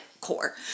core